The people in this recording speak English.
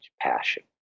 passion